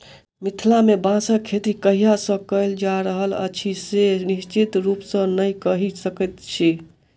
मिथिला मे बाँसक खेती कहिया सॅ कयल जा रहल अछि से निश्चित रूपसॅ नै कहि सकैत छी